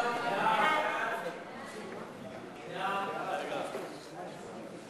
סעיף 4 נתקבל.